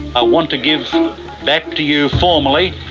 i want to give back to you, formally,